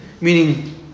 Meaning